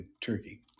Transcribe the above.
Turkey